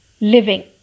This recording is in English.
living